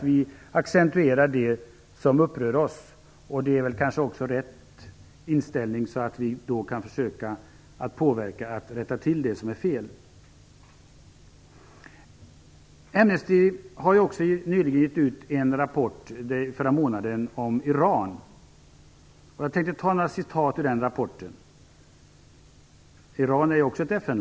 Vi accentuerar det som upprör oss, och det är kanske rätt inställning. Då kan vi försöka att påverka för att det som är fel skall kunna rättas till. Amnesty International gav förra månaden ut en rapport om Iran, som också är ett FN-land. Jag tänkte anföra några citat ur den rapporten.